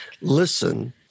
listen